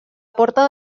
porta